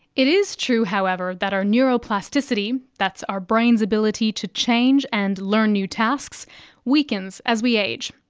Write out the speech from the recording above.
it is true, however, that our neuroplasticity that's our brains ability to change and learn new tasks weakens as we age.